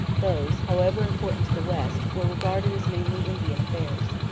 those, however important to the west, were regarded as mainly indian affairs.